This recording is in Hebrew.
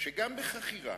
שגם בחכירה